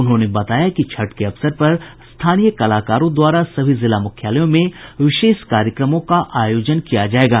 उन्होंने बताया कि छठ के अवसर पर स्थानीय कलाकारों द्वारा सभी जिला मुख्यालयों में विशेष कार्यक्रमों का आयोजन किया जायेगा